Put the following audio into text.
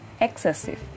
Excessive